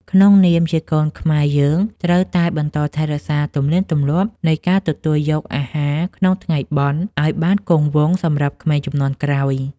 ក្នុងនាមជាកូនខ្មែរយើងត្រូវតែបន្តថែរក្សាទំនៀមទម្លាប់នៃការទទួលយកអាហារក្នុងថ្ងៃបុណ្យឱ្យបានគង់វង្សសម្រាប់ក្មេងជំនាន់ក្រោយ។